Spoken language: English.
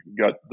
got